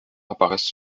apparaissent